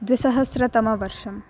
द्विसहस्रतमवर्षम्